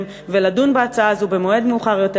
ולדון בהצעה הזו במועד מאוחר יותר,